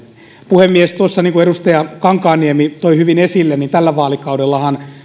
puhemies niin kuin tuossa edustaja kankaanniemi toi hyvin esille tällä vaalikaudellahan